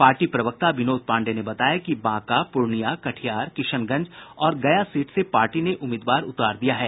party प्रवक्ता विनोद पांडेय ने बताया कि बांका पूर्णिया कटिहार किशनगंज और गया सीट से पार्टी ने उम्मीदवार उतार दिया है